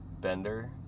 Bender